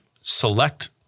select